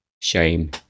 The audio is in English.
shame